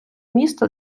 міста